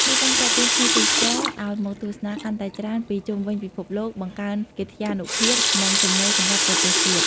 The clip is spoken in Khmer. នេះបានទាក់ទាញភ្ញៀវទេសចរឲ្យមកទស្សនាកាន់តែច្រើនពីជុំវិញពិភពលោក បង្កើនកិត្យានុភាព និងចំណូលសម្រាប់ប្រទេសជាតិ។